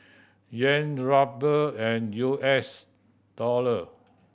Yen Ruble and U S Dollor